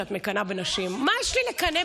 מה את אומרת לי?